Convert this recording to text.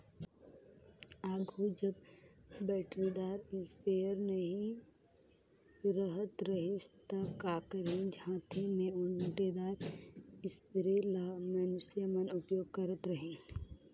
आघु जब बइटरीदार इस्पेयर नी रहत रहिस ता का करहीं हांथे में ओंटेदार इस्परे ल मइनसे मन उपियोग करत रहिन